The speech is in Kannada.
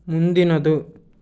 ಮುಂದಿನದು